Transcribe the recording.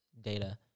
data